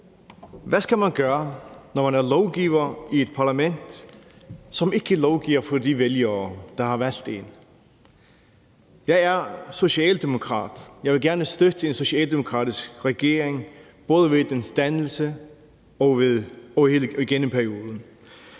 hvad man skal gøre, når man er lovgiver i et parlament, som ikke lovgiver for de vælgere, der har valgt én. Jeg er socialdemokrat, og jeg vil gerne støtte en socialdemokratisk regering både ved dens dannelse og igennem perioden.